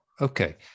Okay